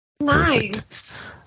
nice